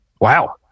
Wow